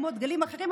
כמו דגלים אחרים,